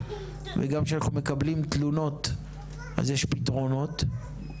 וגם כשאנחנו מקבלים תלונות אז יש פתרונות.